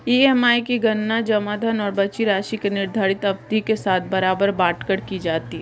EMI की गणना जमा धन और बची राशि को निर्धारित अवधि के साथ बराबर बाँट कर की जाती है